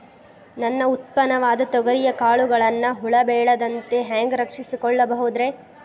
ನನ್ನ ಉತ್ಪನ್ನವಾದ ತೊಗರಿಯ ಕಾಳುಗಳನ್ನ ಹುಳ ಬೇಳದಂತೆ ಹ್ಯಾಂಗ ರಕ್ಷಿಸಿಕೊಳ್ಳಬಹುದರೇ?